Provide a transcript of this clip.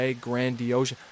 Grandiose